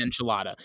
enchilada